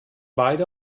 beide